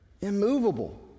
immovable